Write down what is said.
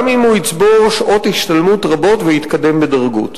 גם אם הוא יצבור שעות השתלמות רבות ויתקדם בדרגות.